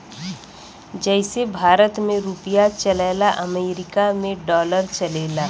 जइसे भारत मे रुपिया चलला अमरीका मे डॉलर चलेला